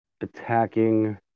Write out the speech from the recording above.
attacking